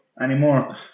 anymore